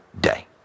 day